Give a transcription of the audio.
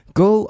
go